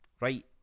Right